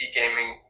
gaming